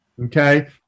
okay